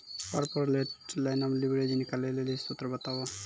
corporate लाइनो मे leverage निकालै लेली सूत्र बताबो